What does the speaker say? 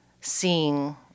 seeing